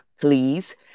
please